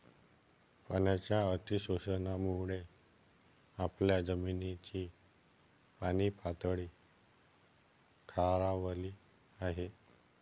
पाण्याच्या अतिशोषणामुळे आपल्या जमिनीची पाणीपातळी खालावली आहे